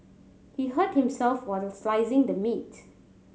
he hurt himself while slicing the meat